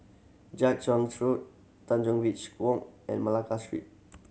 Jiak Chuan Road Tanjong Reach Walk and Malacca Street